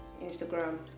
instagram